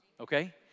okay